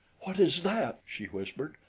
what is that? she whispered.